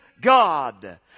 God